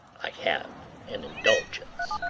i have an indulgence.